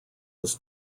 was